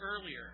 earlier